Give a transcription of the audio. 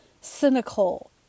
cynical